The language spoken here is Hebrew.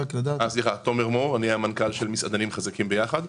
תומר מור, מנכ"ל "מסעדנים חזקים ביחד",